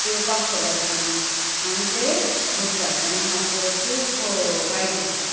पेंवपाक खबर आसना आनी ते बुडटात तेन्ना मात्र खूब वायट दिसता